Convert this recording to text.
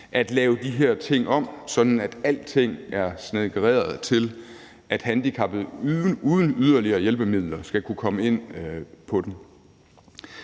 at lave de her ting om, sådan at alting er snedkereret til, at handicappede uden yderligere hjælpemidler skal kunne komme ind på dem.